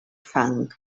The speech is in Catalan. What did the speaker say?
fang